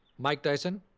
mike tyson.